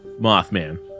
Mothman